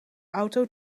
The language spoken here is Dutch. auto